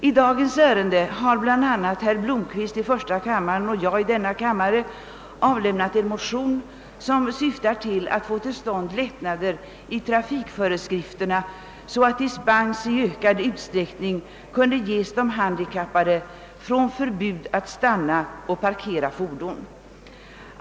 I dagens ärende har bland andra herr Blomquist i första kammaren och jag i denna kammare avlämnat ett motionspar, som syftar till att få till stånd lättnader i trafikföreskrifterna, så att dispens i ökad utsträckning kunde ges de handikappade från förbud att stanna och parkera fordon.